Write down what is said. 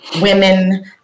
women